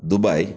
Dubai